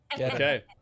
Okay